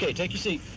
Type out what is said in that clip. take your seat.